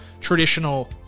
traditional